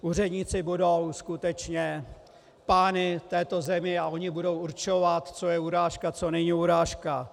Úředníci budou skutečně pány v této zemi a oni budou určovat, co je urážka, co není urážka.